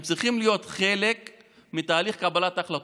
הם צריכים להיות חלק מתהליך קבלת ההחלטות.